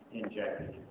injected